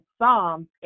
Psalms